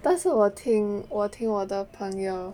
但是我听我听我的朋友